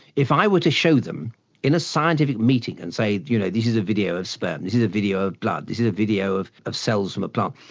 if i were to show them in a scientific meeting and say you know this is a video of sperm, this is a video of blood, this is a video of of cells from a plant,